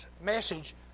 message